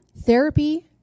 therapy